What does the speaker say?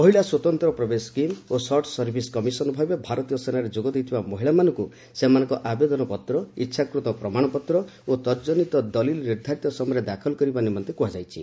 ମହିଳା ସ୍ୱତନ୍ତ ପ୍ରବେଶ ସ୍କିମ୍ ଓ ସର୍ଚ ସର୍ଭିସ୍ କମିଶନ୍ ଭାବେ ଭାରତୀୟ ସେନାରେ ଯୋଗ ଦେଇଥିବା ମହିଳାମାନଙ୍କୁ ସେମାନଙ୍କ ଆବେଦନ ପତ୍ର ଇଚ୍ଛାକୃତ ପ୍ରମାଣପତ୍ର ଓ ତଦନ୍ଜନିତ ଦଲିଲ୍ ନିର୍ଦ୍ଧାରିତ ସମୟରେ ଦାଖଲ କରିବା ନିମନ୍ତେ କୁହାଯାଇଛି